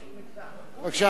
בבקשה,